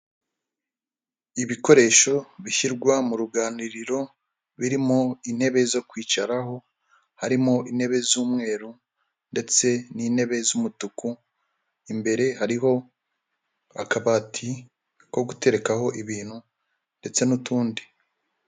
Ibikoresho bishyirwa mu ruganiriro birimo intebe zo kwicaraho, harimo intebe z'umweru ndetse n'intebe z'umutuku, imbere hariho akabati ko guterekaho ibintu ndetse n'utundi.